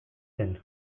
zen